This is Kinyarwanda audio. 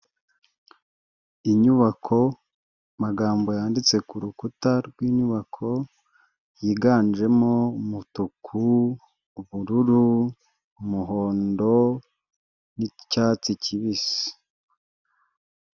Inyubako, amagambo yanditse ku rukuta rw'inyubako, yiganjemo umutuku, ubururu, umuhondo n'icyatsi kibisi.